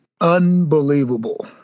unbelievable